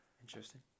interesting